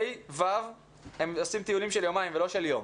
ה' ו' עושים טיולים של יומיים ולא של יום,